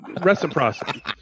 reciprocity